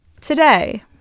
Today